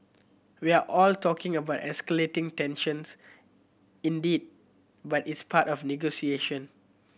we are all talking about escalating tensions indeed but it's part of the negotiation